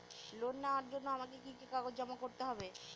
Loan নেওয়ার জন্য আমাকে কি কি কাগজ জমা করতে হবে?